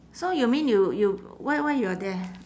so you mean you you why why you are there